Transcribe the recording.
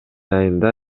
айында